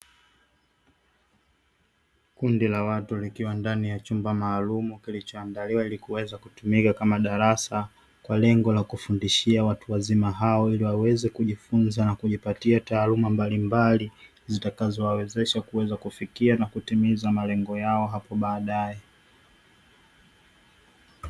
Kundi la watu nikiwa ndani ya chumba maalumu kilichoandaliwa ili kuweza kutumika kama darasa kwa lengo la kufundishia watu wazima hao ili waweze kujifunza na kujipatia taaluma mbalimbali zitakazowawezesha kuweza kufikia na kutimiza malengo yao hapo baadae.